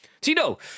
Tito